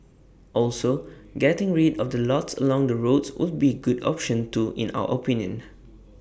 also getting rid of the lots along the roads would be good option too in our opinion